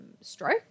stroke